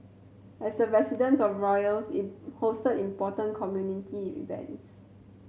as the residence of royals it hosted important community events